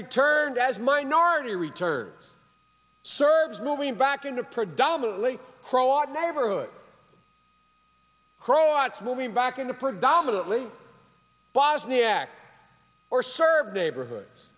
returned as minority return serves moving back into predominantly croat neighborhood croats moving back into predominantly bosniak or serve neighborhoods